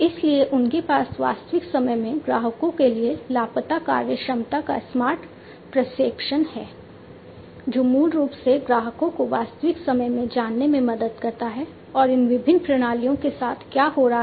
इसलिए उनके पास वास्तविक समय में ग्राहकों के लिए लापता कार्यक्षमता का स्मार्ट प्रक्षेपण है जो मूल रूप से ग्राहकों को वास्तविक समय में जानने में मदद करता है कि इन विभिन्न प्रणालियों के साथ क्या हो रहा है